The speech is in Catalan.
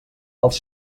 els